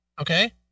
Okay